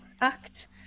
act